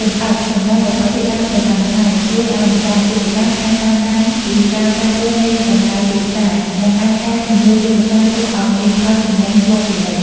លម្អិតសម្រាប់វត្ថុធាតុដើមប្រចាំថ្ងៃ ជួយឱ្យម្ចាស់អាជីវកម្មអាចតាមដានពីការប្រែប្រួលនៃតម្លៃទីផ្សារ និងអាចកែសម្រួលយុទ្ធសាស្ត្រលក់ឱ្យមានផលចំណេញជាប់ជានិច្ច។